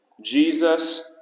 Jesus